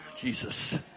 Jesus